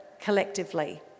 collectively